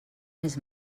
més